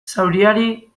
zauriari